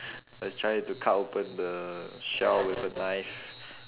was trying to cut open the shell with a knife